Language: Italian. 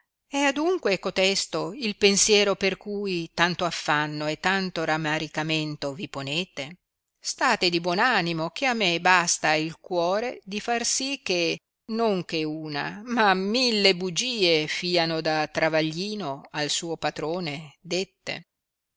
è adunque cotesto il pensiero per cui tanto affanno e tanto ramaricamento vi ponete state di buon animo che a me basta il cuore di far si che non che una ma mille bugie fiano da travaglino al suo patrone dette